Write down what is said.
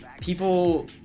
people